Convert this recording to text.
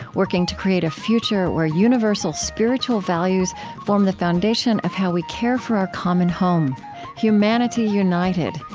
working to create a future where universal spiritual values form the foundation of how we care for our common home humanity united,